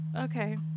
okay